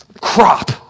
crop